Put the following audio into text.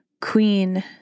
Queen